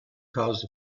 caused